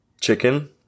chicken